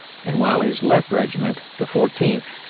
and while his left regiment, the fourteenth,